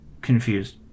confused